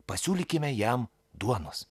pasiūlykime jam duonos